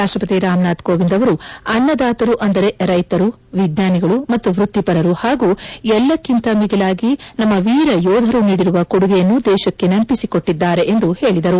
ರಾಷ್ಟಪತಿ ರಾಮನಾಥ್ ಕೋವಿಂದ್ ಅವರು ಅನ್ನದಾತರು ಅಂದರೆ ರೈತರ ವಿಜ್ಞಾನಿಗಳ ಮತ್ತು ವೃತ್ತಿಪರರು ಹಾಗೂ ಎಲ್ಲಕ್ಕಿಂತ ಮಿಗಿಲಾಗಿ ನಮ್ಮ ವೀರ ಯೋಧರು ನೀಡಿರುವ ಕೊಡುಗೆಯನ್ನು ದೇಶಕ್ಕೆ ನೆನಪಿಸಿಕೊಟ್ಟಿದ್ದಾರೆ ಎಂದು ಹೇಳಿದರು